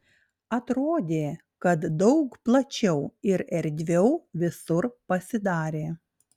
atrodė kad daug plačiau ir erdviau visur pasidarė